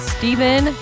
Stephen